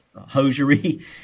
hosiery